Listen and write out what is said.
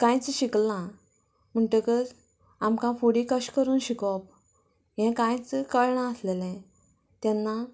कांयच शिकलेना म्हणटगच आमकां फुडें कशें करून शिकोवप हें कांयच कळना आसलेलें तेन्ना